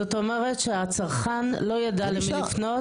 כלומר הצרכן לא יידע למי לפנות.